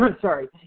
sorry